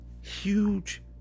Huge